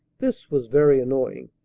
this was very annoying.